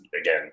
again